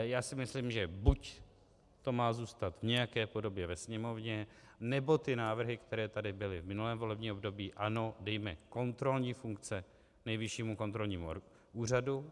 Já si myslím, že buď to má zůstat v nějaké podobě ve Sněmovně, nebo ty návrhy, které tady byly v minulém volebním období, ano, dejme kontrolní funkce Nejvyššímu kontrolnímu úřadu.